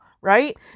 right